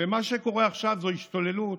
ומה שקורה עכשיו זאת השתוללות,